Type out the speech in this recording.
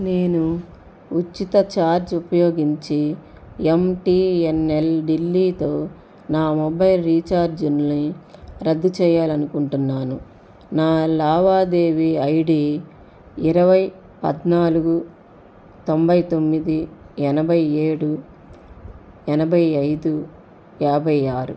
నేను ఉచిత ఛార్జ్ ఉపయోగించి ఎం టీ ఎన్ ఎల్ ఢిల్లీతో నా మొబైల్ రీఛార్జులని రద్దు చేయాలి అనుకుంటున్నాను నా లావాదేవీ ఐ డీ ఇరవై పధ్నాలుగు తొంభై తొమ్మిది ఎనభై ఏడు ఎనభై ఐదు యాభై ఆరు